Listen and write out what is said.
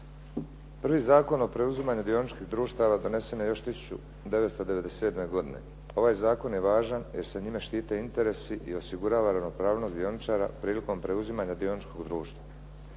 Prvi zakon o preuzimanju dioničkih društava donesen je još 1997. godine. Ovaj zakon je važan jer se njime štite interesi i osigurava ravnopravnost dioničara prilikom preuzimanja dioničkog društva.